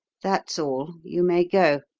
that's all. you may go.